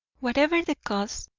whatever the cause,